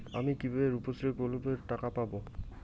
আমি কিভাবে রুপশ্রী প্রকল্পের টাকা পাবো?